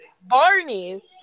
Barney